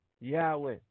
Yahweh